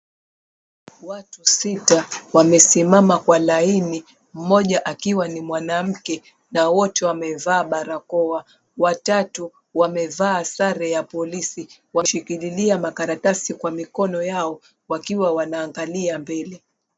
Watu sita wamesimama kwa laini, mmoja akiwa ni mwanamke na wote wamevaa barakoa. Watatu wamevaa sare ya polisi washikililia makaratasi kwa mikono yao wakiwa wanaangalia beli.